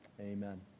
amen